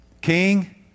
King